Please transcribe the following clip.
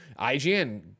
IGN